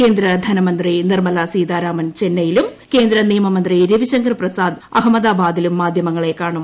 കേന്ദ്രധനമന്ത്രി നിർമ്മല സീതാരാമൻ ചെന്നൈയിലും കേന്ദ്രനിയമമന്ത്രി രവിശങ്കർ പ്രസാദ് അഹമ്മദാബാദിലും മാധ്യമങ്ങളെ കാണും